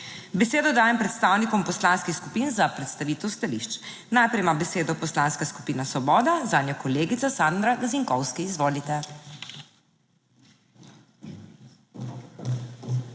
Besedo dajem predstavnikom poslanskih skupin za predstavitev stališč. Najprej ima besedo Poslanska skupina Svoboda, zanjo kolegica Sandra Gazinkovski. Izvolite.